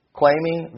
claiming